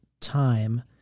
time